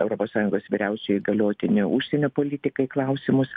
europos sąjungos vyriausioji įgaliotinė užsienio politikai klausimus